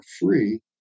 Free